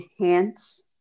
enhance